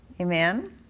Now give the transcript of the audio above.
Amen